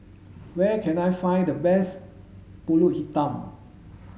where can I find the best Pulut Hitam